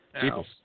People